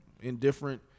indifferent